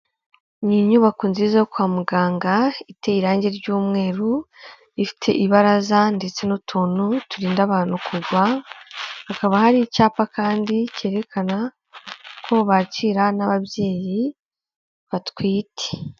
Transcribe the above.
Ni inyubako nziza yo kwa muganga, iteye irangi ry'umweru, ifite ibaraza ndetse n'utuntu turinda abantu kugwa, hakaba hari icyapa kandi cyerekana ko bakira n'ababyeyi batwite.